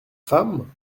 femme